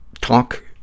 talk